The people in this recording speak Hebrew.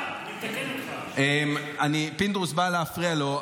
נאור --- פינדרוס בא להפריע לו,